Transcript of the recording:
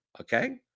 Okay